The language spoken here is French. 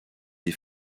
des